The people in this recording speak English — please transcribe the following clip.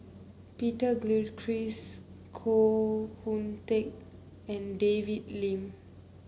Peter Gilchrist Koh Hoon Teck and David Lim